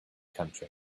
country